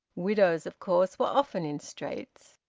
widows, of course, were often in straits.